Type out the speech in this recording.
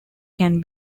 can